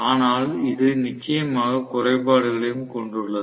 ஆனால் இது நிச்சயமாக குறைபாடுகளையும் கொண்டுள்ளது